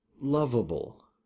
lovable